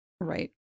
Right